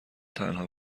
تنها